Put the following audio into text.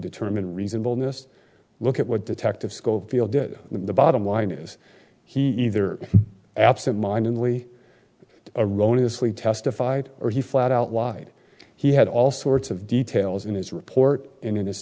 determine reasonableness look at what detective schofield did the bottom line is he either absentmindedly erroneous lee testified or he flat out lied he had all sorts of details in his report and in his